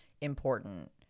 important